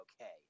okay